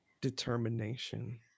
determination